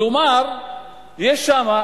כלומר יש שם,